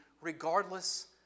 regardless